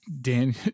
Dan